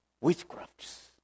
Witchcrafts